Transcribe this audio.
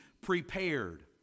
prepared